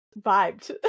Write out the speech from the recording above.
vibed